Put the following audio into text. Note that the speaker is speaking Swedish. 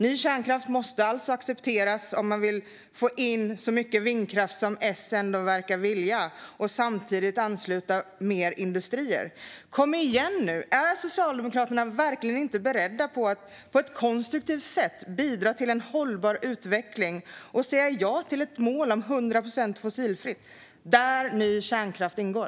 Ny kärnkraft måste accepteras om man vill få in så mycket vindkraft som S verkar vilja och samtidigt ansluta fler industrier. Kom igen nu! Är Socialdemokraterna verkligen inte beredda att på ett konstruktivt sätt bidra till en hållbar utveckling och säga ja till ett mål om 100 procent fossilfritt där ny kärnkraft ingår?